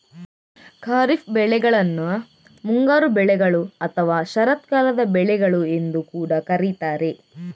ಖಾರಿಫ್ ಬೆಳೆಗಳನ್ನ ಮುಂಗಾರು ಬೆಳೆಗಳು ಅಥವಾ ಶರತ್ಕಾಲದ ಬೆಳೆಗಳು ಎಂದು ಕೂಡಾ ಕರೀತಾರೆ